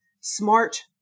smart